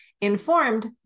informed